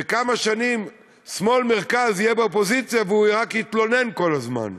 וכמה שנים שמאל-מרכז יהיה באופוזיציה ורק יתלונן כל הזמן.